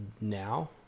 now